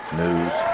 news